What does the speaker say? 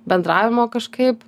bendravimo kažkaip